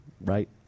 right